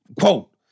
quote